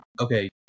Okay